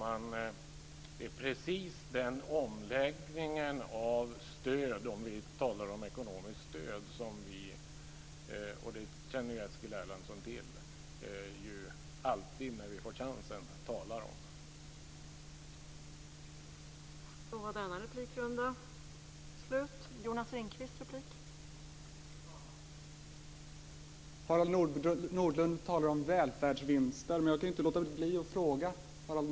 Fru talman! Om vi talar om ekonomiskt stöd är det precis den omläggningen av stöd som vi alltid talar om när vi får chansen, och det känner ju Eskil